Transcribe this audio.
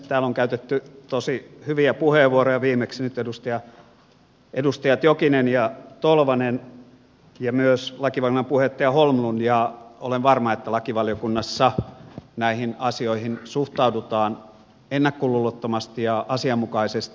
täällä on käytetty tosi hyviä puheenvuoroja viimeksi nyt edustajat jokinen ja tolvanen ja myös lakivaliokunnan puheenjohtaja holmlund ja olen varma että lakivaliokunnassa näihin asioihin suhtaudutaan ennakkoluulottomasti ja asianmukaisesti